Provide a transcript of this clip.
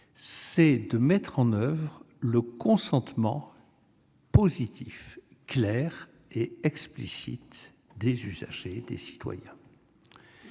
c'est de mettre en oeuvre le consentement positif, clair et explicite des usagers, des citoyens.